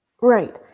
Right